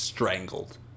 strangled